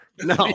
No